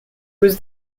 was